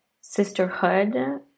sisterhood